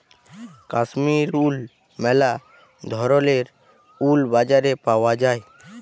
Kashmir wool ম্যালা ধরলের wool বাজারে পাউয়া যায়